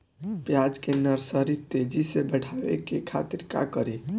प्याज के नर्सरी तेजी से बढ़ावे के खातिर का करी?